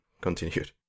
continued